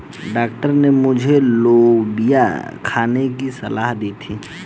doctor ने मुझे लोबिया खाने की सलाह दी थी